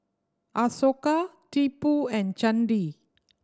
Ashoka Tipu and Chandi